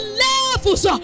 levels